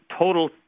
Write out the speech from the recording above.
total